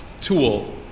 tool